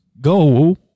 go